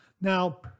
Now